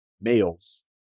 males